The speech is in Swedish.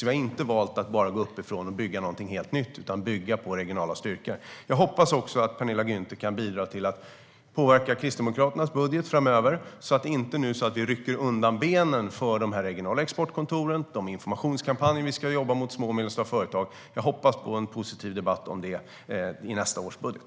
Vi har valt att inte bara gå uppifrån och bygga någonting helt nytt utan bygga på den regionala styrkan. Jag hoppas också att Penilla Gunther kan bidra till att påverka Kristdemokraternas budget framöver så att vi inte rycker undan benen för de regionala exportkontoren och de informationskampanjer som vi ska jobba med mot små och medelstora företag. Jag hoppas på en positiv debatt om det i nästa års budget.